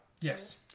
Yes